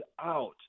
out